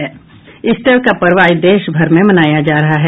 Easter का पर्व आज देशभर में मनाया जा रहा है